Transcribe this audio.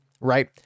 right